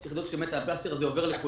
צריך לבדוק שהפלסטר הזה באמת עוזר לכולנו